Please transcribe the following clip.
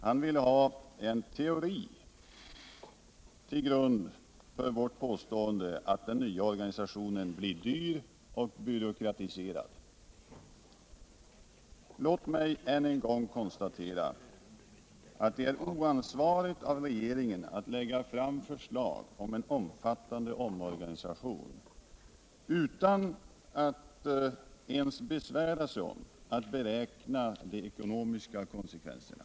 Han vill ha en teori till grund för vårt påstående att den nya organisationen blir dyr och byråkratiscrad. Låt mig än en gång konstatera att det är oansvarigt av regeringen att lägga fram förslag till en omfattande omorganisation utan att ens besvära sig med att beräkna de ekonomiska konsekvenserna.